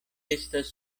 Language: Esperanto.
estas